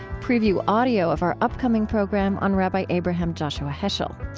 preview audio of our upcoming program on rabbi abraham joshua heschel.